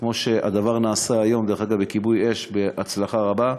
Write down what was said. כמו שהדבר נעשה היום בכיבוי-אש בהצלחה רבה,